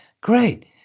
great